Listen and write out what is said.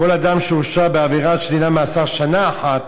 כל אדם שהורשע בעבירה שדינה מאסר שנה אחת